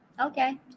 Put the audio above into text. okay